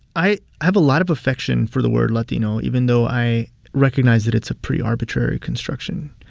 i have a lot of affection for the word latino, even though i recognize that it's a pretty arbitrary construction,